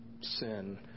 sin